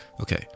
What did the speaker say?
Okay